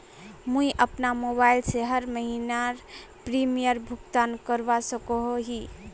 मुई अपना मोबाईल से हर महीनार प्रीमियम भुगतान करवा सकोहो ही?